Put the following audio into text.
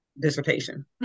dissertation